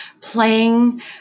playing